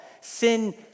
sin